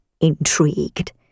intrigued